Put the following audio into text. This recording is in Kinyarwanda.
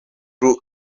blue